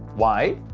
why?